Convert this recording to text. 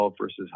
versus